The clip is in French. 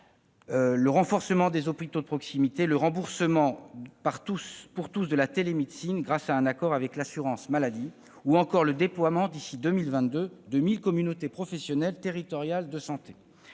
; renforcement des hôpitaux de proximité ; remboursement pour tous de la télémédecine grâce à un accord avec l'assurance maladie ; déploiement, d'ici à 2022, de 1 000 communautés professionnelles territoriales de santé.